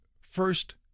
first